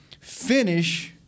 Finish